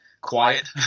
quiet